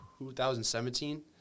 2017